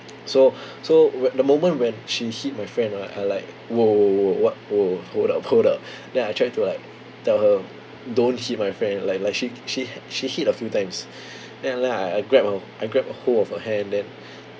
so so wh~ the moment when she hit my friend right I like !whoa! !whoa! !whoa! what !whoa! hold up hold up then I tried to like tell her don't hit my friend like like she she hi~ she hit a few times then after that like I grab a I grabbed hold of her hand then